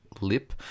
lip